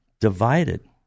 divided